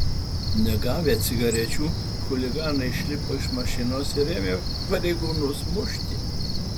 negavę cigarečių chuliganai išlipo iš mašinos ir ėmė pareigūnus mušti